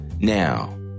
Now